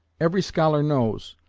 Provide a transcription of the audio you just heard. every scholar knows,